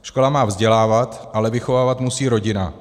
Škola má vzdělávat, ale vychovávat musí rodina.